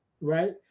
right